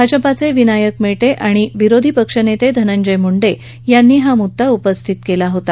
भाजपाचे विनायक मेटे आणि विरोधी पक्षनेते धनंजय मुंडे यांनी हा मुद्दा उपस्थित केला होता